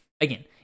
Again